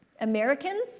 Americans